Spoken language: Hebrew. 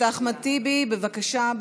טיבי, בבקשה.